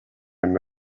and